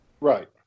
Right